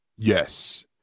yes